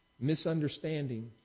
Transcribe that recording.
misunderstanding